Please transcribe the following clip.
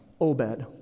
Obed